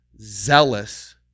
zealous